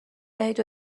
دهید